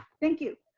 thank you,